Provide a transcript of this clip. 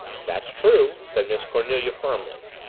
that's true, said miss cornelia firmly.